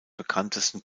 bekanntesten